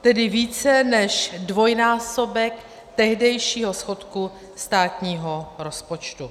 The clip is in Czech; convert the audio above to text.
Tedy více než dvojnásobek tehdejšího schodku státního rozpočtu.